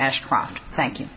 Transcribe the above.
ashcroft thank you